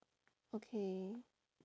okay